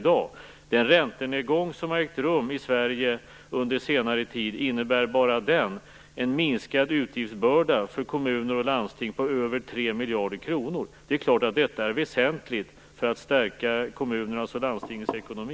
Den räntenedgång som ägt rum i Sverige under senare tid innebär bara den en minskad utgiftsbörda för kommuner och landsting på över 3 miljarder kronor. Det är klart att detta är väsentligt för att stärka kommunernas och landstingens ekonomi.